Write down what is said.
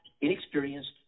inexperienced